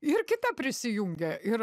ir kita prisijungia ir